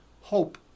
hope